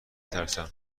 ترسم